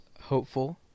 hopeful